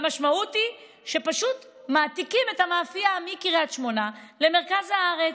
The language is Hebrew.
המשמעות היא שפשוט מעתיקים את המאפייה מקריית שמונה למרכז הארץ,